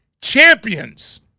champions